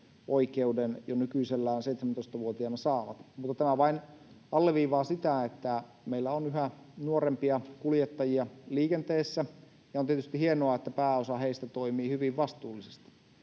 ajo-oikeuden jo nykyisellään 17-vuotiaana myöskin saavat. Tämä vain alleviivaa sitä, että meillä on yhä nuorempia kuljettajia liikenteessä, ja on tietysti hienoa, että pääosa heistä toimii hyvin vastuullisesti.